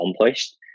accomplished